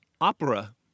Opera